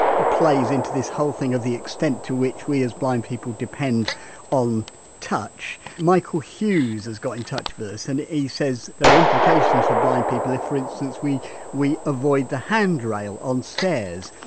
plays into this whole thing of the extent to which we, as blind people, depend on touch? michael hughes has got in touch with us and he says there are implications for blind people if, for instance, we we avoid the handrail on stairs,